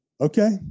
Okay